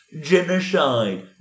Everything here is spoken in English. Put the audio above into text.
genocide